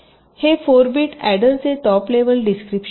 हे 4 bit adder चे top level description आहे